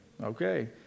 Okay